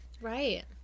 right